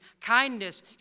kindness